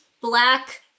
black